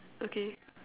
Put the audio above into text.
okay